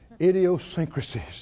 idiosyncrasies